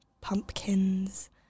pumpkins